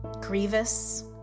grievous